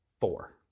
Four